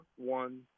one